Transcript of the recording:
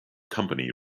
company